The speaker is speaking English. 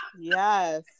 yes